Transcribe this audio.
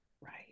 Right